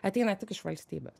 ateina tik iš valstybės